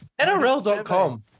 NRL.com